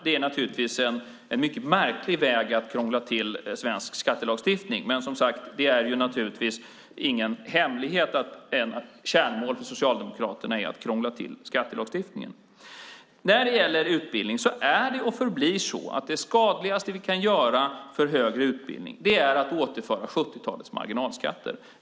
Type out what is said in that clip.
Det är naturligtvis en mycket märklig väg att krångla till svensk skattelagstiftning. Men som sagt är det naturligtvis ingen hemlighet att ett kärnmål för Socialdemokraterna är att krångla till skattelagstiftningen. Det är och förblir så att det skadligaste vi kan göra för högre utbildning är att återinföra 70-talets marginalskatter.